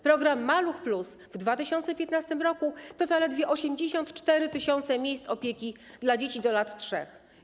Program ˝Maluch+˝ w 2015 r. to zaledwie 84 tys. miejsc opieki dla dzieci do lat 3.